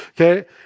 okay